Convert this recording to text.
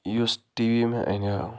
یُس ٹی وی مےٚ اَنیو